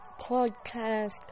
podcast